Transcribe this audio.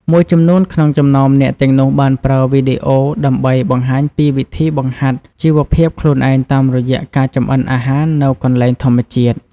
មួយចំនួនក្នុងចំណោមអ្នកទាំងនោះបានប្រើវីដេអូដើម្បីបង្ហាញពីវិធីបង្ហាត់ជីវភាពខ្លួនឯងតាមរយៈការចម្អិនអាហារនៅកន្លែងធម្មជាតិ។